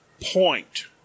point